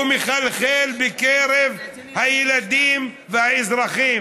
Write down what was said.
הוא מחלחל בקרב הילדים והאזרחים,